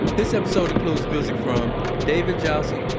this episode includes music from david jassy,